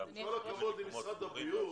עם כל הכבוד למשרד הבריאות,